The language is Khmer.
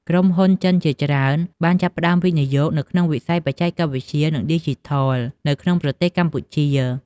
ក្រុមហ៊ុនចិនជាច្រើនបានចាប់ផ្តើមវិនិយោគនៅក្នុងវិស័យបច្ចេកវិទ្យានិងឌីជីថលនៅក្នុងប្រទេសកម្ពុជា។